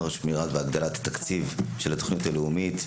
שמירה והגדלת התקציב של התוכנית הלאומית.